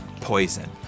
poison